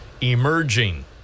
emerging